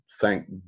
thank